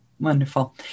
Wonderful